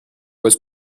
was